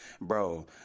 bro